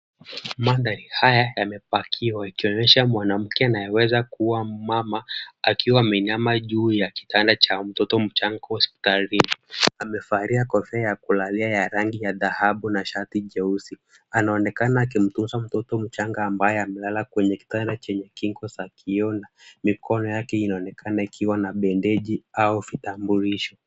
Mandhari haya yamepakiwa ikionyesha mwanamke anayeweza kuwa mumama , akiwa ameinama juu ya kitanda cha mtoto mchanga hospitalini. Amevalia kofia ya kulalia ya rangi ya dhahabu na shati jeusi, anaonekana akiuguza mtoto mchanga ambaye amelala kwenye kitanda chenye kingo za kioo na mikono yake inaonekana ikiwa na bandeji au vitambulisho.